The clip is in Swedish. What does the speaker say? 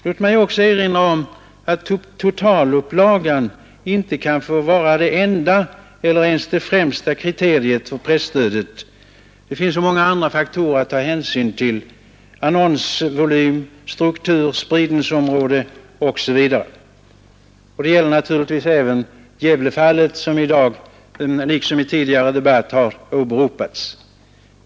Låt mig också erinra om att totalupplagen inte kan få vara det enda eller ens det främsta kriteriet för presstödet. Det finns många andra faktorer att ta hänsyn till: annonsvolym, struktur, spridningsområde osv. Detta gäller naturligtvis även Gävlefallet, som i dag liksom i tidigare debatter har åberopats.